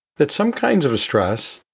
that some kinds of stress,